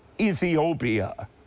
Ethiopia